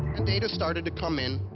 and data started to come in.